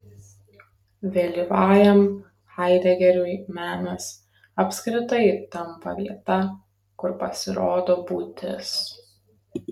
vėlyvajam haidegeriui menas apskritai tampa vieta kur pasirodo būtis